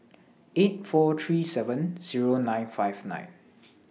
eight four three seven Zero nine five nine